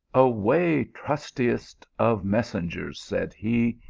away, trustiest of messengers, said he.